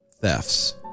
thefts